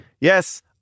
Yes